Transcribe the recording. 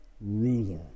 ruler